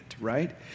right